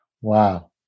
Wow